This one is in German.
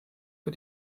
für